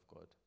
God